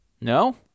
No